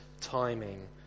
timing